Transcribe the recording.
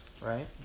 right